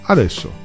Adesso